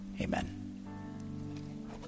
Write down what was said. Amen